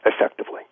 effectively